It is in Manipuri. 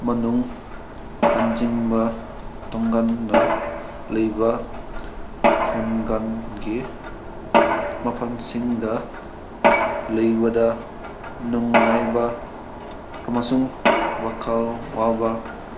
ꯃꯅꯨꯡ ꯍꯟꯖꯤꯟꯕ ꯇꯣꯡꯉꯥꯟꯕ ꯂꯩꯕ ꯈꯨꯡꯒꯪꯒꯤ ꯃꯐꯝꯁꯤꯡꯗ ꯂꯩꯕꯗ ꯅꯨꯡꯉꯥꯏꯕ ꯑꯃꯁꯨꯡ ꯋꯥꯈꯜ ꯋꯥꯕ